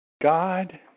God